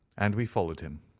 and we followed him.